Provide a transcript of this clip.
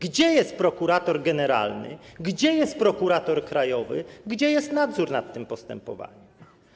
Gdzie jest prokurator generalny, gdzie jest prokurator krajowy, gdzie jest nadzór nad tym postępowaniem?